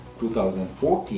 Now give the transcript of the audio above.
2014